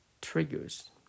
triggers